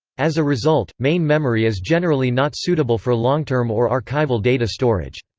as a result, main memory is generally not suitable for long-term or archival data storage.